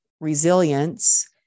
resilience